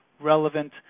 relevant